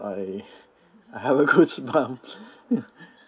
I I have goosebumps